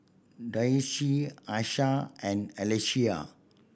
Dayse Asha and Alesia